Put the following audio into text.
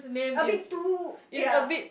a bit too ya